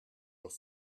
doch